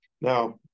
Now